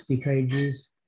pages